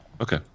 Okay